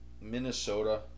Minnesota